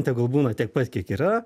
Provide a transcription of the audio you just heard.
tegul būna tiek pat kiek yra